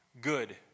good